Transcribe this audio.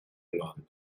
london